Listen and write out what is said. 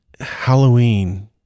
Halloween